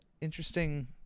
interesting